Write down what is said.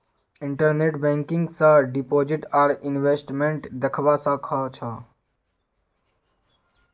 internet banking स deposit आर investment दख्वा स ख छ